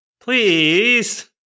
please